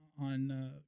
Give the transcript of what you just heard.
on